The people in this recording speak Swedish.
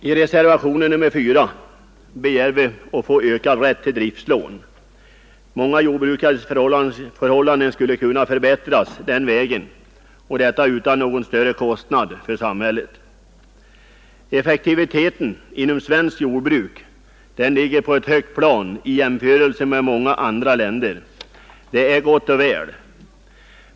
I reservationen 4 begär vi vidgad rätt till driftslån. Många mindre jordbrukares förhållanden skulle kunna förbättras den vägen och detta utan någon större kostnad för samhället. Effektiviteten inom svenskt jordbruk ligger på ett högt plan i jämförelse med många andra länder. Det är gott och väl.